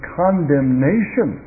condemnation